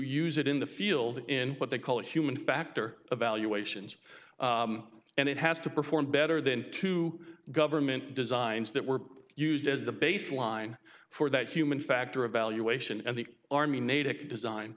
use it in the field in what they call a human factor evaluations and it has to perform better than two government designs that were used as the baseline for that human factor evaluation and the army natick design